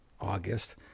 august